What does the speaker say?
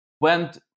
went